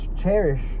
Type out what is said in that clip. cherish